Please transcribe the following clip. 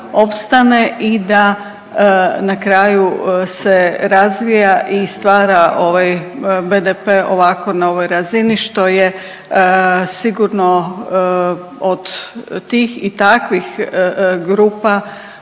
i da na kraju se razvija i stvara ovaj BDP ovako na ovoj razni što je sigurno od tih i takvih grupa